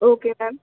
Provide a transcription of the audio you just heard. okay ma'am